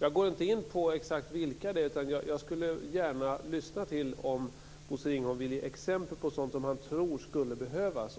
Jag går inte in på exakt vilka de är. Jag skulle gärna lyssna om Bosse Ringholm ville ge exempel på sådant som han tror skulle behövas.